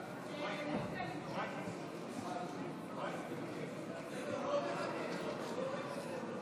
נא לשבת כדי שנוכל להקריא את תוצאות ההצבעה ולאחר מכן להמשיך.